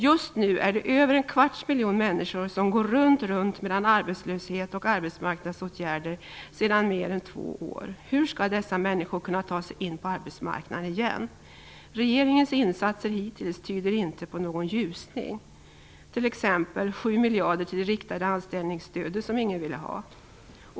Just nu är det över en kvarts miljon människor som går runt mellan arbetslöshet och arbetsmarknadsåtgärder sedan mer än två år. Hur skall dessa människor kunna ta sig in på arbetsmarknaden igen? Regeringens insatser hittills tyder inte på någon ljusning. Man ger t.ex. 7 miljarder till det riktade anställningsstödet som ingen ville ha.